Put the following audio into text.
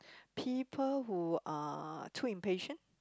people who are too impatient